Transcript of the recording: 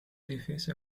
difesa